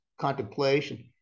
contemplation